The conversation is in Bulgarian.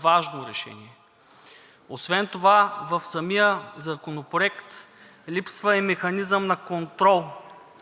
важно решение. В самия законопроект липсва и механизъм на контрол,